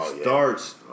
starts